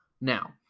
now